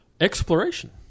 Exploration